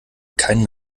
keinen